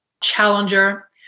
Challenger